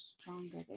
stronger